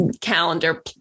calendar